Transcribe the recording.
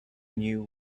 knew